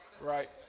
Right